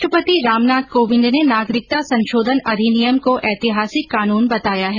राष्ट्रपति रामनाथ कोविंद ने नागरिकता संशोधन अधिनियम को ऐतिहासिक कानून बताया है